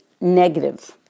negative